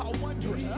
ah one two a